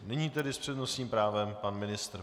Nyní tedy s přednostním právem pan ministr.